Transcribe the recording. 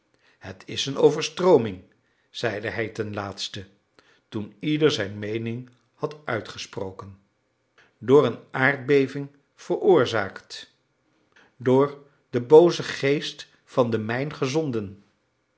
het is een overstrooming zeide hij ten laatste toen ieder zijn meening had uitgesproken door een aardbeving veroorzaakt door den boozen geest van de mijn gezonden